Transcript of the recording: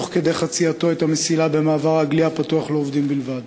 תוך כדי חצייתו את המסילה במעבר רגלי הפתוח לעובדים בלבד,